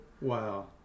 wow